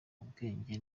ubwenge